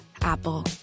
Apple